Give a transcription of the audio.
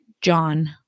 John